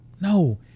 No